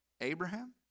Abraham